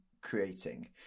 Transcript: creating